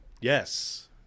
Yes